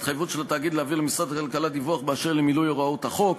התחייבות של התאגיד להעביר למשרד הכלכלה דיווח באשר למילוי הוראות החוק,